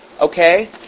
Okay